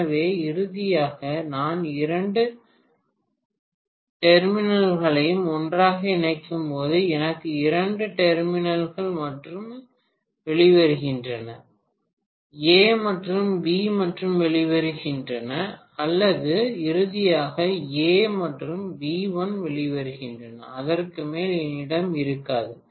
எனவே இறுதியாக நான் இரண்டு டெர்மினல்களையும் ஒன்றாக இணைக்கும்போது எனக்கு இரண்டு டெர்மினல்கள் மட்டுமே வெளிவருகின்றன ஏ மற்றும் பி மட்டுமே வெளிவருகின்றன அல்லது இறுதியாக ஏ மற்றும் பி 1 வெளிவருகின்றன அதற்கு மேல் என்னிடம் இருக்காது